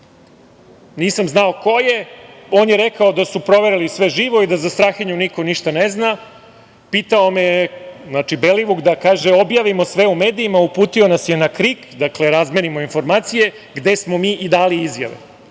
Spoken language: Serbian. Nisam znao ko je, on je rekao da su proverili sve živo i da za Strahinju niko ništa ne zna. Pitao me je …“ znači Belivuk „… da objavimo sve u medijima, uputio nas je na KRIK, dakle, razmenimo informacije, gde smo mi i dali izjave.“Na